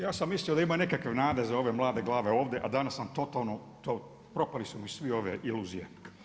Ja sam mislio da ima nekakve nade za ove mlade glave ovdje a danas sam totalno to, propale su mi sve ove iluzije.